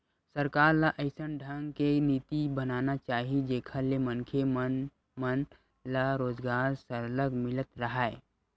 सरकार ल अइसन ढंग के नीति बनाना चाही जेखर ले मनखे मन मन ल रोजगार सरलग मिलत राहय